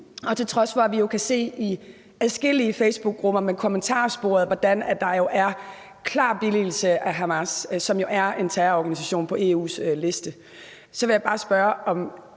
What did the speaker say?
og til trods for at vi i kommentarsporet hos adskillige facebookgrupper kan se, hvordan der er en klar billigelse af Hamas, som jo er en terrororganisation på EU's liste, så kan forestille